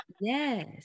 yes